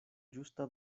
ĝusta